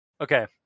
Okay